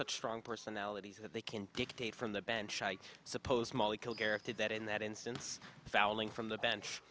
such strong personalities that they can dictate from the bench i suppose molecule gareth did that in that instance fouling from the bench